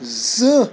زٕ